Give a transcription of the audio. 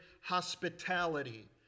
hospitality